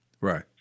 Right